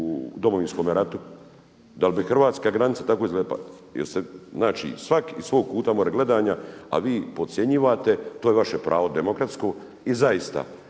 Domovinskom ratu, da li bi hrvatska granica tako izgledala? Znači svak iz svog kuta gledanja a vi podcjenjujete, to je vaše pravo demokratsko i zaista